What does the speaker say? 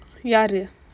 யாரு:yaaru